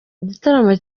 igitaramo